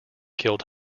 killed